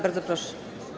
Bardzo proszę.